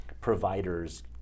providers